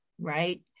right